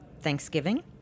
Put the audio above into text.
Thanksgiving